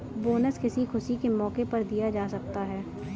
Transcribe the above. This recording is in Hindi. बोनस किसी खुशी के मौके पर दिया जा सकता है